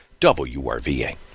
WRVA